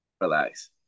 relax